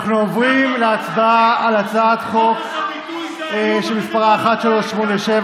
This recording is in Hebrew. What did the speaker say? אנחנו עוברים להצבעה על הצעת חוק שמספרה פ/1387,